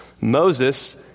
Moses